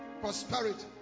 prosperity